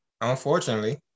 Unfortunately